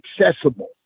accessible